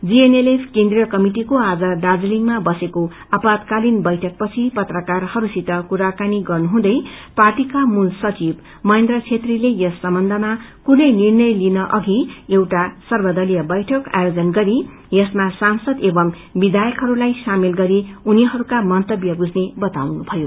GNLF केन्द्रिय कमिटिको आज दार्जीलिङमा बसेको आपदकालिन बैइक पछि पत्रकारहरूसित कुराकानी गर्नुहुँदै पार्टीका मूल सचिव महेन्द्र छेत्रीले यस सम्बन्धमा कुनै निर्णय लिन अघि एउटा सर्वदलीय बैठक आयोजन गरि यसमा सांसद एवं विधायकहरूलाई शामेल गरि उनीहरूका मन्तव्य बुझ्ने बताउनुभयो